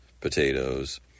potatoes